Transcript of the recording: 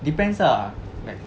depends ah like